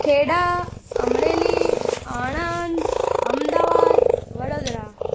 Kheda Amreli Anand Ahmedabad Vadodara